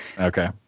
Okay